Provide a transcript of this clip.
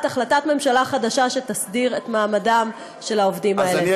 החלטת ממשלה חדשה שתסדיר את מעמדם של העובדים האלה.